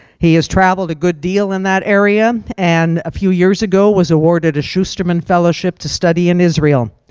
he has traveled a good deal in that area. and a few years ago was awarded a schustrman fellowship to study and israel.